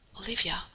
Olivia